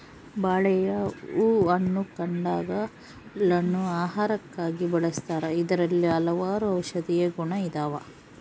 ಬಾಳೆಯ ಹೂ ಹಣ್ಣು ಕಾಂಡಗ ಳನ್ನು ಆಹಾರಕ್ಕಾಗಿ ಬಳಸ್ತಾರ ಇದರಲ್ಲಿ ಹಲವಾರು ಔಷದಿಯ ಗುಣ ಇದಾವ